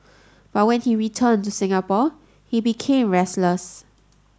but when he returned to Singapore he became restless